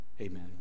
Amen